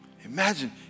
Imagine